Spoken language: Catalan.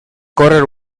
córrer